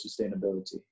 sustainability